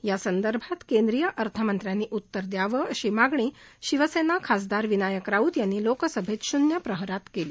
यासंदर्भात केंद्रीय अर्थमंत्र्यांनी उत्तर दयावं अशी मागणी शिवसेना खासदार विनायक राऊत यांनी लोकसभेत शून्य प्रहारात केली